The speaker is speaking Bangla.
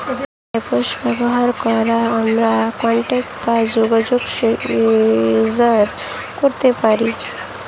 অ্যাপ্স ব্যবহার করে আমরা কন্টাক্ট বা যোগাযোগ শেয়ার করতে পারি